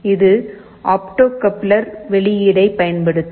இது optocoupler வெளியீட்டைப் பயன்படுத்தும்